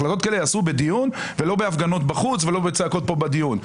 החלטות כאלה ייעשו בדיון ולא בהפגנות בחוץ ולא בצעקות פה בדיון.